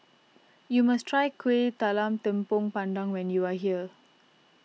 you must try Kueh Talam Tepong Pandan when you are here